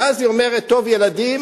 ואז היא אומרת: טוב, ילדים,